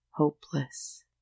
hopeless